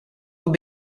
will